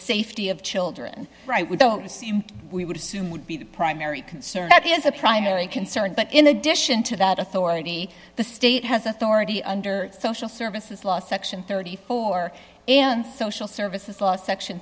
safety of children right we don't assume we would assume would be the primary concern that is a primary concern but in addition to that authority the state has authority under social services law section thirty four and social services law section